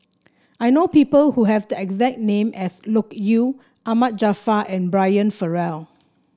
I know people who have the exact name as Loke Yew Ahmad Jaafar and Brian Farrell